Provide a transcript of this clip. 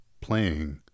playing